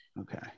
Okay